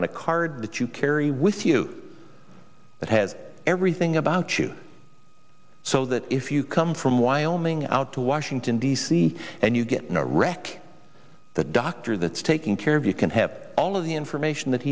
on a card that you carry with you that has everything about you so that if you come from wyoming out to washington d c and you get no wreck the doctor that's taking care of you can have all of the information that